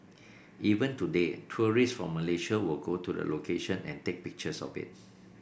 even today tourist from Malaysia will go to the location and take pictures of it